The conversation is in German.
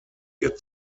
ihr